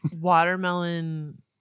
watermelon